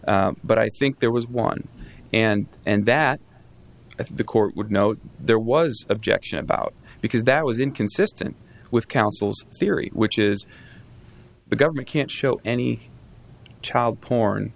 but i think there was one and and that i think the court would know there was objection about because that was inconsistent with counsel's theory which is the government can't show any child porn